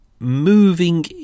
moving